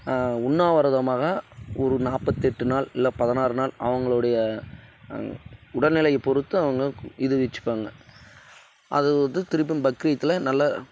உண்ணாவிரதமாக ஒரு நாற்பத்தெட்டு நாள் இல்லை பதினாறு நாள் அவங்களுடைய உடல்நிலையை பொறுத்து அவங்க இது வச்சுப்பாங்க அது வந்து திரும்ப பக்ரித்தில் நல்ல